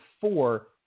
four